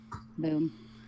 Boom